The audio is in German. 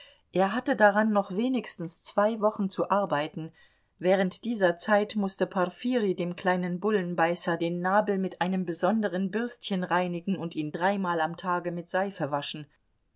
er hatte daran noch wenigstens zwei wochen zu arbeiten während dieser zeit mußte porfirij dem kleinen bullenbeißer den nabel mit einem besonderen bürstchen reinigen und ihn dreimal am tage mit seife waschen